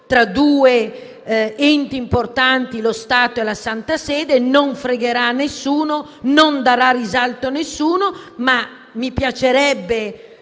tra due enti importanti, lo Stato e la Santa Sede. Non importerà a nessuno, non darà risalto ad alcuno, ma mi piacerebbe